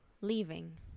leaving